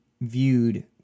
viewed